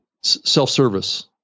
self-service